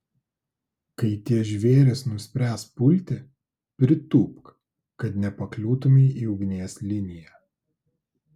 kai tie žvėrys nuspręs pulti pritūpk kad nepakliūtumei į ugnies liniją